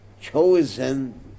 chosen